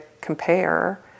compare